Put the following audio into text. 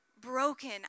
broken